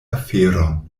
aferon